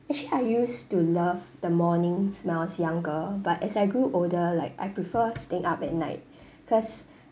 actually I used to love the mornings when I was younger but as I grew older like I prefer staying up at night because